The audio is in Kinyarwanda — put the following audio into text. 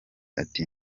ati